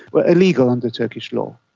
were illegal under turkish law.